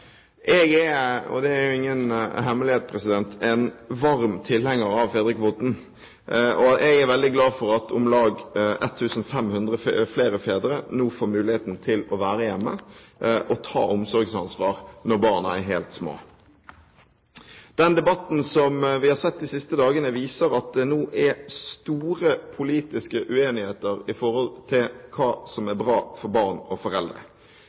Jeg er, og det er ingen hemmelighet, en varm tilhenger av fedrekvoten, og jeg er veldig glad for at om lag 1 500 flere fedre nå får muligheten til å være hjemme og ta omsorgsansvar når barna er helt små. Den debatten som vi har sett de siste dagene, viser at det er store politiske uenigheter om hva som er bra for barn og foreldre.